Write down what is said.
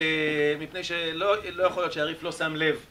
מפני שלא יכול להיות שהריף לא שם לב.